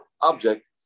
object